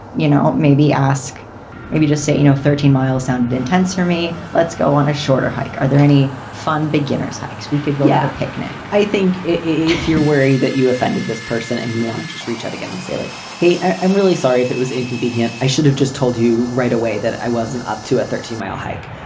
you know, maybe ask maybe just say, you know, thirteen miles sounded intense for me. let's go on a shorter hike. are there any fun beginners hikes? we could go to yeah a picnic i think if you worry that you offended this person and you want to just reach out again and say, like, hey, i'm really sorry if it was inconvenient, i should have just told you right away that i wasn't up to a thirty mile hike,